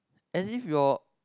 is it your